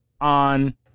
on